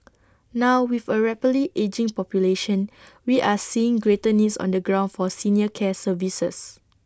now with A rapidly ageing population we are seeing greater needs on the ground for senior care services